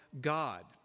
God